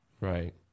Right